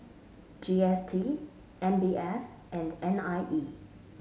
G S T M B S and N I E